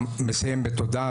אני מסיים בתודה,